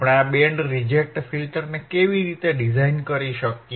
આપણે આ band reject ફિલ્ટરને કેવી રીતે ડિઝાઇન કરી શકીએ